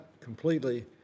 completely